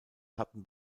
hatten